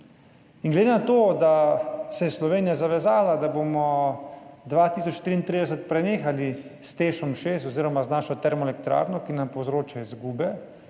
Glede na to, da se je Slovenija zavezala, da bomo 2033 prenehali s TEŠ6 oziroma z našo termoelektrarno, ki nam povzroča izgube,